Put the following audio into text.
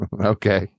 okay